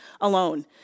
alone